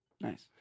Nice